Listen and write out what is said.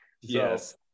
yes